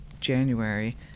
January